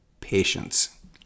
patience